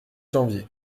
janvier